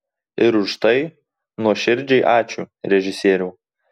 ir už tai nuoširdžiai ačiū režisieriau